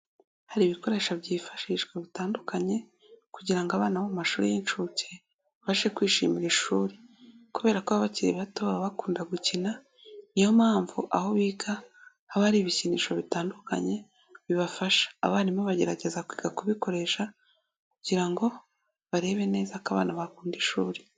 Hari ibikoresho byifashishwa bitandukanye, kugira ngo abana bo mu mashuri y'inshuke babashe kwishimira ishuri, kubera ko abakiri bato baba bakunda gukina, niyo mpamvu aho biga haba hari ibikinisho bitandukanye bibafasha. Abarimu bagerageza kwiga kubikoresha kugira ngo barebe neza ko abana bakunda ishuri.